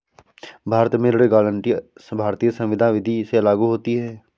भारत में ऋण गारंटी भारतीय संविदा विदी से लागू होती है